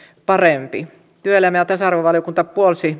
parempi työelämä ja tasa arvovaliokunta